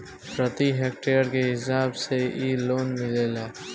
प्रति हेक्टेयर के हिसाब से इ लोन मिलेला